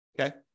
Okay